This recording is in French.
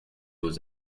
aux